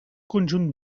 conjunt